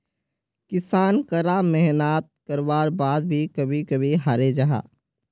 किसान करा मेहनात कारवार बाद भी कभी कभी हारे जाहा